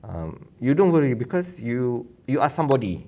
um you don't worry because you you ask somebody